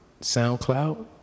SoundCloud